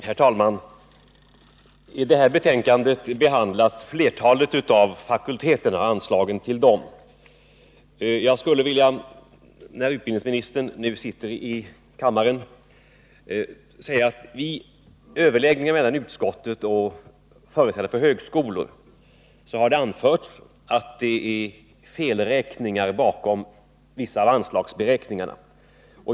Herr talman! I det här betänkandet behandlas anslagen till flertalet av fakulteterna. Jag vill säga, när utbildningsministern nu sitter i kammaren, att vid överläggningar mellan utskottet och företrädare för högskolor har det anförts att det är felräkningar bakom vissa av anslagsposterna.